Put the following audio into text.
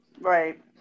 right